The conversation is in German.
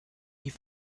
die